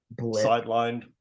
Sidelined